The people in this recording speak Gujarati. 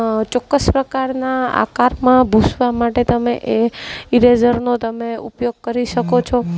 ચોક્કસ પ્રકારના આકારમાં ભૂસવા માટે તમે એ ઇરેઝરનો તમે ઉપયોગ કરી શકો છો